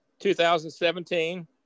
2017